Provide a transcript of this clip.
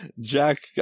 Jack